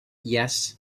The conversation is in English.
yes